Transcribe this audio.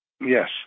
Yes